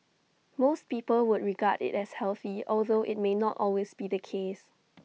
most people would regard IT as healthy although IT may not always be the case